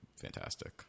fantastic